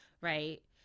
right